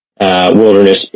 Wilderness